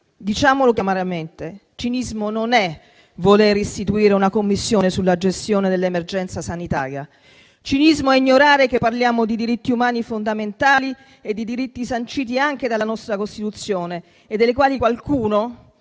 diciamo chiaramente che non è cinismo voler istituire una Commissione d'inchiesta sulla gestione dell'emergenza sanitaria; cinismo è ignorare che parliamo di diritti umani fondamentali e di diritti sanciti anche dalla nostra Costituzione, che qualcuno